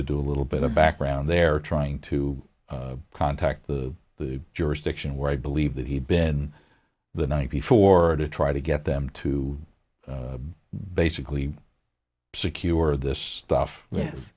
to do a little bit of background there trying to contact the the jurisdiction where i believe that he'd been the night before to try to get them to basically secure this stuff